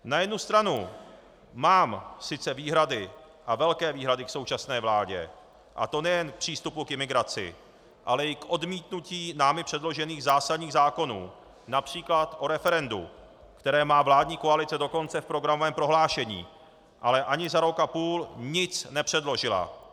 Na jednu stranu mám sice výhrady, a velké výhrady, k současné vládě, a to nejen k přístupu k imigraci, ale i k odmítnutí námi předložených zásadních zákonů, např. o referendu, které má vládní koalice dokonce v programovém prohlášení, ale ani za rok a půl nic nepředložila.